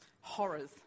Horrors